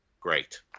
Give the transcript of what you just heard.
great